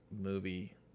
movie